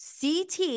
CT